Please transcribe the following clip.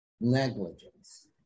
negligence